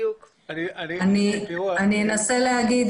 אני אנסה להגיד